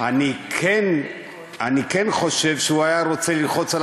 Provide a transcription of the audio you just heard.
אני כן חושב שהוא היה רוצה ללחוץ על